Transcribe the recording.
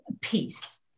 peace